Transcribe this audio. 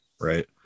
right